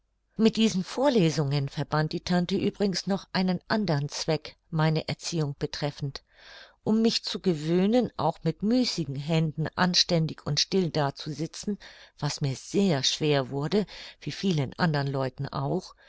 mit diesen vorlesungen verband die tante übrigens noch einen andern zweck meine erziehung betreffend um mich zu gewöhnen auch mit müßigen händen anständig und still dazusitzen was mir sehr schwer wurde wie vielen andern leuten auch